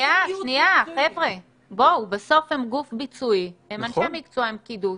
בסוף הם גוף ביצועי, הם אנשי מקצוע, הם פקידות.